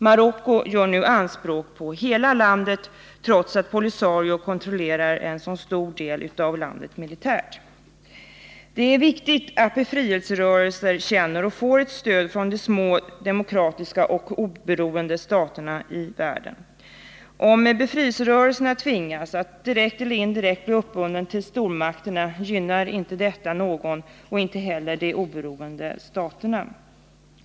Marocko gör nu anspråk på hela landet, trots att POLISARIO militärt kontrollerar en så stor del av det. Det är viktigt att befrielserörelser känner att de har ett stöd från de små demokratiska och oberoende staterna i världen. Om befrielserörelserna tvingas att direkt eller indirekt bli uppbundna till stormakterna gynnar detta inte någon, allra minst de oberoende staterna.